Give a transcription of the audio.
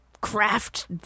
craft